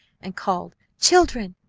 and called children!